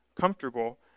comfortable